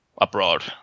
abroad